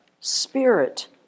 spirit